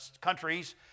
countries